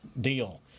deal